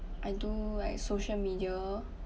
I do like social media